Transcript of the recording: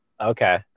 Okay